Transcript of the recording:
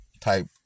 type